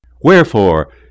Wherefore